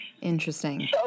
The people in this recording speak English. Interesting